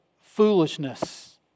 foolishness